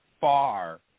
far